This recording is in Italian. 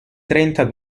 trenta